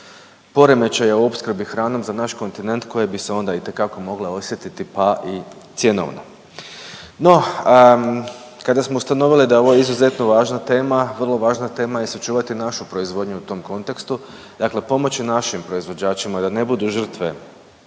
poremećaja u opskrbi hranom za naš kontinent koje bi se onda itekako mogle osjetiti pa i cjenovno. No, kada smo ustanovili da je ovo izuzetno važna tema vrlo važna tema je sačuvati našu proizvodnju u tom kontekstu, dakle pomoći našim proizvođačima da ne budu žrtve